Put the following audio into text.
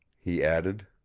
he added.